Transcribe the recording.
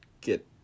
get